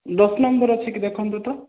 ଦଶ ନମ୍ବର ଅଛି କି ଦେଖନ୍ତୁ ତ